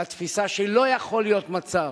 והתפיסה היא שלא יכול להיות מצב,